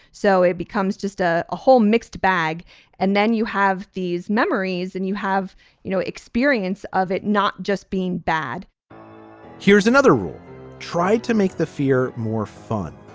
so it becomes just a a whole mixed bag and then you have these memories and you have no experience of it not just being bad here's another rule tried to make the fear more fun.